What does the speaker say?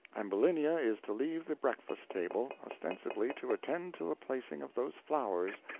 ambulinia is to leave the breakfast-table, ostensibly to attend to the placing of those flowers,